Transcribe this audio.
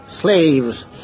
slaves